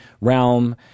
realm